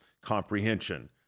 comprehension